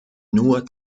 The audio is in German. nur